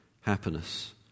happiness